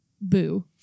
boo